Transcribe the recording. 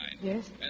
Yes